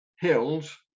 hills